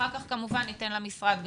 אחר כך כמובן ניתן למשרד לסכם.